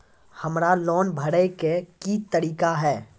हमरा लोन भरे के की तरीका है?